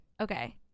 okay